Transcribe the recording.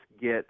get